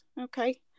okay